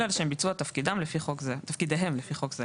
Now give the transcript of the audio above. אלא לשם ביצוע תפקידיהם לפי חוק זה,